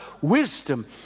wisdom